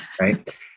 Right